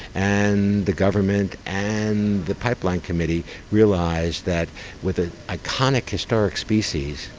and the government and the pipeline committee realised that with an iconic historic species,